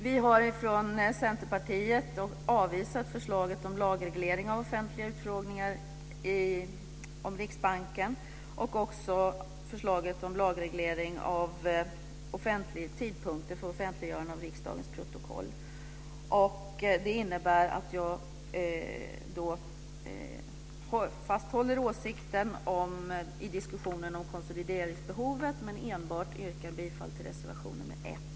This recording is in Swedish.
Vi har från Centerpartiet avvisat förslaget om lagregleringar av offentliga utfrågningar om Riksbanken och också förslaget om lagreglering av tidpunkten för offentliggörande av riksdagens protokoll. Det innebär att jag fasthåller åsikten i diskussionen om konsolideringsbehovet men enbart yrkar bifall till reservation 1.